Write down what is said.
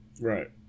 Right